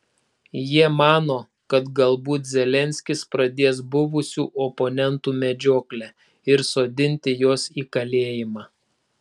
jie mano kad galbūt zelenskis pradės buvusių oponentų medžioklę ir sodinti juos į kalėjimą